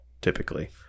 typically